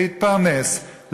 להתפרנס,